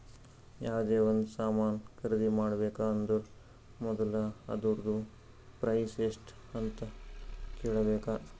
ಯಾವ್ದೇ ಒಂದ್ ಸಾಮಾನ್ ಖರ್ದಿ ಮಾಡ್ಬೇಕ ಅಂದುರ್ ಮೊದುಲ ಅದೂರ್ದು ಪ್ರೈಸ್ ಎಸ್ಟ್ ಅಂತ್ ಕೇಳಬೇಕ